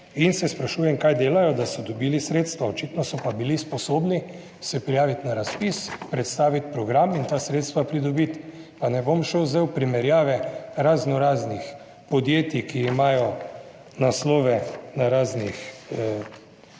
in se sprašujem, kaj delajo, da so dobili sredstva, očitno so pa bili sposobni se prijaviti na razpis, predstaviti program in ta sredstva pridobiti. Pa ne bom šel zdaj v primerjave raznoraznih podjetij, ki imajo naslove na raznih nabiralnikih,